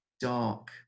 dark